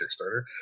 Kickstarter